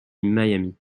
miami